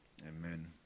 amen